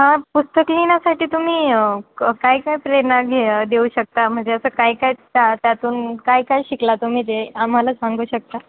हां पुस्तक लिहिण्यासाठी तुम्ही क काय काय प्रेरणा घे देऊ शकता म्हणजे असं काय काय त्या त्यातून काय काय शिकला तुम्ही ते आम्हाला सांगू शकता